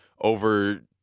over